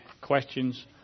questions